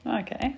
Okay